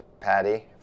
Patty